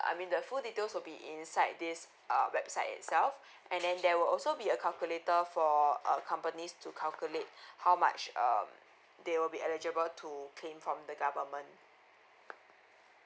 I mean the full details will be inside this uh website itself and then there will also be a calculator for uh companies to calculate how much um they will be eligible to claim from the government